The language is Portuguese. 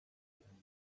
grande